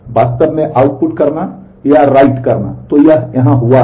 तो यह यहाँ हुआ है